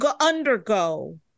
undergo